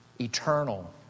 eternal